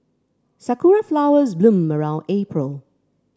sakura flowers bloom around April